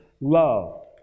love